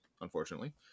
unfortunately